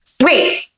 Wait